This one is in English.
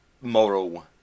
moral